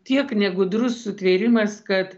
tiek negudrus sutvėrimas kad